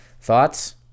Thoughts